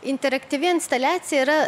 interaktyvi instaliacija yra